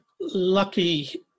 lucky